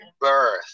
birth